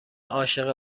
عاشق